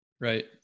Right